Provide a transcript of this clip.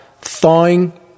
thawing